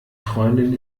freundin